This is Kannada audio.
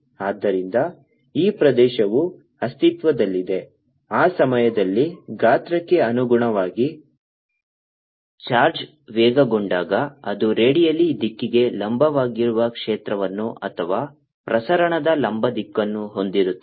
ಆದ್ದರಿಂದ ಈ ಪ್ರದೇಶವು ಅಸ್ತಿತ್ವದಲ್ಲಿದೆ ಆ ಸಮಯದಲ್ಲಿ ಗಾತ್ರಕ್ಕೆ ಅನುಗುಣವಾಗಿ ಚಾರ್ಜ್ ವೇಗಗೊಂಡಾಗ ಅದು ರೇಡಿಯಲ್ ದಿಕ್ಕಿಗೆ ಲಂಬವಾಗಿರುವ ಕ್ಷೇತ್ರವನ್ನು ಅಥವಾ ಪ್ರಸರಣದ ಲಂಬ ದಿಕ್ಕನ್ನು ಹೊಂದಿರುತ್ತದೆ